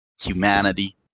humanity